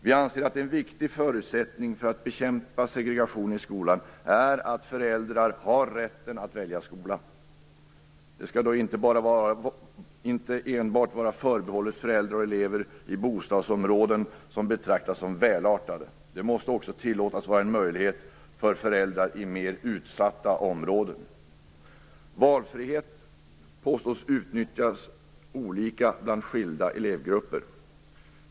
Vi anser att en viktig förutsättning för att bekämpa segregation i skolan är att föräldrar har rätten att välja skola. Det skall då inte enbart vara förbehållet föräldrar och elever i bostadsområden som betraktas som välartade. Det måste också tillåtas vara en möjlighet för föräldrar i mer utsatta områden. Valfrihet påstås utnyttjas olika bland skilda elevgrupper.